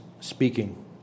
speaking